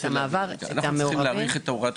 את המעבר ואת המעורבים.